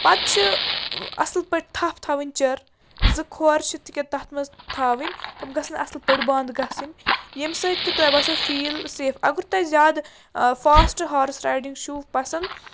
پَتہٕ چھِ اَصٕل پٲٹھۍ تھپھ تھاوٕنۍ چِر زٕ کھۄر چھِ تِکیٛاہ تَتھ منٛز تھاوٕنۍ تِم گژھن اَصٕل پٲٹھۍ بنٛد گژھٕنۍ ییٚمہِ سۭتۍ کہِ تۄہہِ باسیو فیٖل سیف اگر تۄہہِ زیادٕ فاسٹ ہارٕس رایڈِنٛگ چھُو پَسنٛد